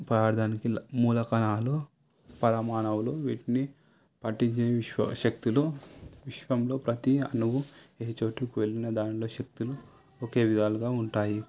పదార్థానికి మూలకణాలు పరమాణువులు వీటిని పట్టి ఉంచిన శక్తులు విశ్వంలో ప్రతీ అణువు ఏ చోటకు వెళ్ళినా దానిలో శక్తులు ఒకే విధాలుగా ఉంటాయి